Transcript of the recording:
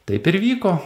taip ir vyko